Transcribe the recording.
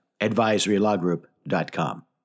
advisorylawgroup.com